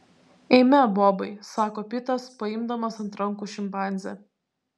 eime bobai sako pitas paimdamas ant rankų šimpanzę